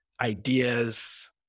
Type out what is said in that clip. ideas